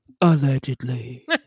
allegedly